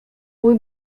mój